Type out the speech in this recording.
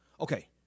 Okay